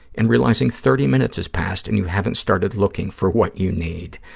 and realizing thirty minutes has passed and you haven't started looking for what you need.